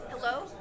Hello